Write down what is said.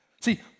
See